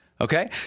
Okay